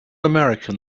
american